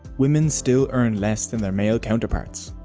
women still earn less than their male counterparts,